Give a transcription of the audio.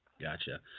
Gotcha